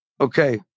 Okay